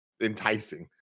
enticing